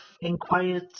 inquired